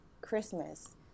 Christmas